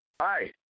Hi